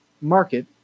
market